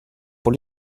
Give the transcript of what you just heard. pour